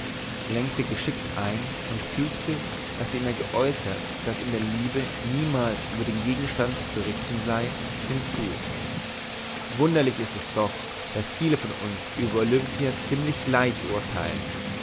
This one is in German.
lenkte geschickt ein und fügte nachdem er geäußert daß in der liebe niemals über den gegenstand zu richten sei hinzu wunderlich ist es doch daß viele von uns über olimpia ziemlich gleich urteilen